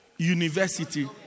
University